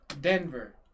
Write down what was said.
Denver